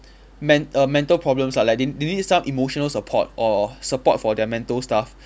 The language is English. men~ err mental problems lah like they they needed some emotional support or support for their mental stuff